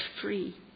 free